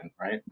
right